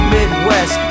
Midwest